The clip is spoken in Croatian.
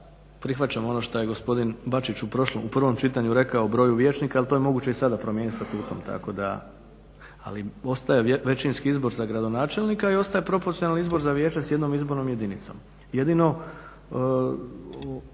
prihvaćamo ono šta je gospodin Bačić u prošlom, u prvom čitanju rekao o broju vijećnika, ali to je moguće i sada promijeniti statutom, tako da, ali ostaje većinski izbor za gradonačelnika i ostaje proporcionalni izbor za vijeće, s jednom izbornom jedinicom. Jedino